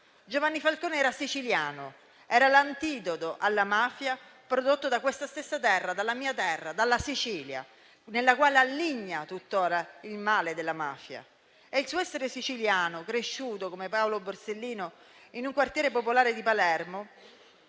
Giovanni Falcone era siciliano. Era l'antidoto alla mafia, prodotto da questa stessa terra, dalla mia terra, la Sicilia, nella quale alligna tuttora il male della mafia. E il suo essere siciliano, cresciuto, come Paolo Borsellino, in un quartiere popolare di Palermo,